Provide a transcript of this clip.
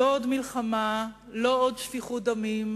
"לא עוד מלחמה, לא עוד שפיכות דמים",